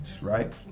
right